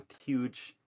huge